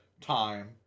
time